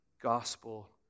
gospel